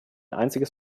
einziges